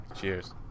Cheers